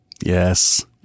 Yes